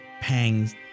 pangs